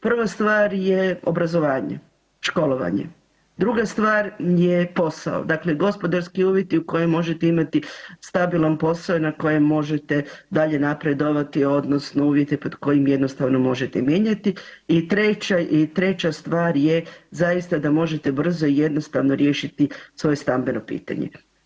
Prva stvar je obrazovanje, školovanje, druga stvar je posao, dakle gospodarski uvjeti u kojima možete imati stabilan posao i na kojem možete dalje napredovati odnosno uvjete pod kojim jednostavno možete mijenjati i treća i treća stvar je zaista da možete brzo i jednostavno riješiti svoje stambeno pitanje.